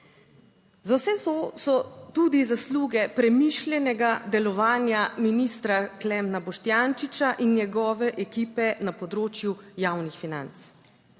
Za vse to so tudi zasluge premišljenega delovanja ministra Klemna Boštjančiča in njegove ekipe na področju javnih financ.